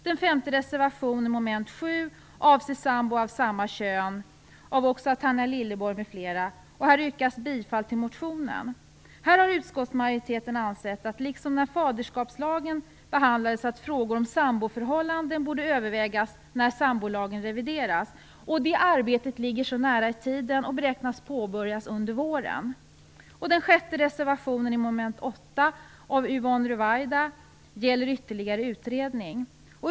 Här har utskottsmajoriteten ansett att frågor om samboförhållanden, liksom fallet var när faderskapslagen behandlades, borde övervägas när sambolagen revideras. Det arbetet ligger nära i tiden, och beräknas påbörjas under våren. Den sjätte reservationen i mom. 8 av Yvonne Ruwaida gäller ytterligare utredning.